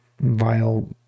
vile